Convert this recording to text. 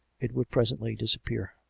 it would presently disappear.